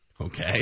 Okay